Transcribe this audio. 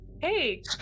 Hey